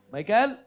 Michael